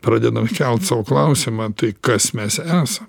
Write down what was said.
pradedam kelt sau klausimą tai kas mes esą